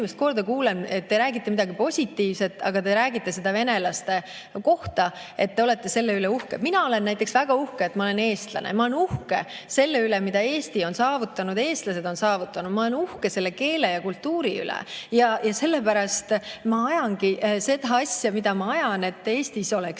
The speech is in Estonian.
korda kuulen, et te räägite midagi positiivset, aga te räägite seda venelaste kohta, et te olete selle üle uhke. Mina olen näiteks väga uhke, et ma olen eestlane, ma olen uhke selle üle, mida Eesti on saavutanud, eestlased on saavutanud. Ma olen uhke selle keele ja kultuuri üle ja sellepärast ma ajangi seda asja, mida ma ajan, et Eestis oleks